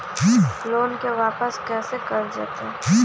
Loan के वापस कैसे कैल जतय?